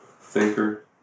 Thinker